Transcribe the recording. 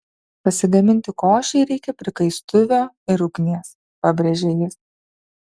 pasigaminti košei reikia prikaistuvio ir ugnies pabrėžė jis